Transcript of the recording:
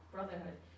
Brotherhood